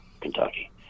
Kentucky